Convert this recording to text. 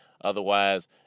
Otherwise